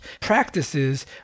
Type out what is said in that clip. practices